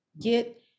get